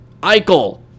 Eichel